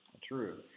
true